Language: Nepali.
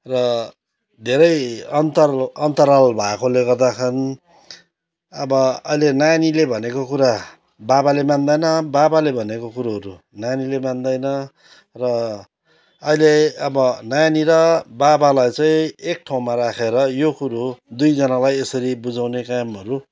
र धेरै अन्तर अन्तराल भएकोले गर्दाखेरि अब अहिले नानीले भनेको कुरा बाबाले मान्दैन बाबाले भनेको कुरोहरू नानीले मान्दैन र अहिले अब नानी र बाबालाई चाहिँ एक ठाउँमा राखेर यो कुरो दुईजनालाई यसरी बुझाउने कामहरू